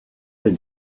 did